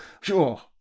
Sure